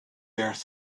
earth